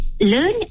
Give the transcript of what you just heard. learn